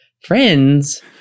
friends